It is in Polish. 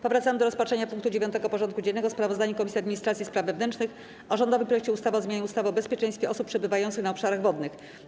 Powracamy do rozpatrzenia punktu 9. porządku dziennego: Sprawozdanie Komisji Administracji i Spraw Wewnętrznych o rządowym projekcie ustawy o zmianie ustawy o bezpieczeństwie osób przebywających na obszarach wodnych.